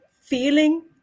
Feeling